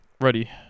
Ready